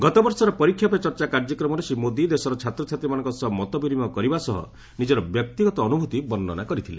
ଗତବର୍ଷର ପରୀକ୍ଷା ପେ ଚର୍ଚ୍ଚା କାର୍ଯ୍ୟକ୍ରମରେ ଶ୍ରୀ ମୋଦି ଦେଶର ଛାତ୍ରଛାତ୍ରୀମାନଙ୍କ ସହ ମତ ବିନିମୟ କରିବା ସହ ନିଜର ବ୍ୟକ୍ତିଗତ ଅନୁଭୂତି ବର୍ଣ୍ଣନା କରିଥିଲେ